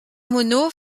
monod